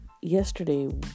Yesterday